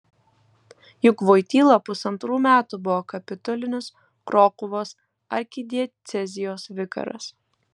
juk voityla pusantrų metų buvo kapitulinis krokuvos arkidiecezijos vikaras